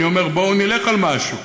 אני אומר: בואו נלך על משהו.